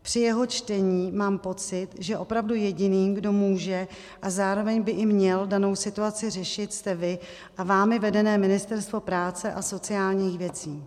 Při jeho čtení mám pocit, že opravdu jediný, kdo může a zároveň by uměl danou situaci řešit, jste vy a vámi vedené Ministerstvo práce a sociálních věcí.